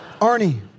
Arnie